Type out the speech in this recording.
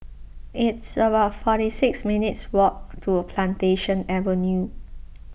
it's about forty six minutes' walk to Plantation Avenue